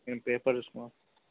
నేను పేపర్ తీసుకుని